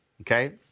okay